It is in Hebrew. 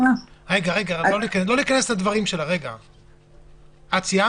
האם